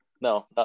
No